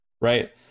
Right